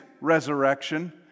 resurrection